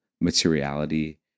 materiality